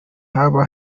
haba